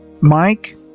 Mike